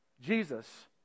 Jesus